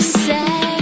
say